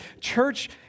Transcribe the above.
church